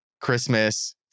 christmas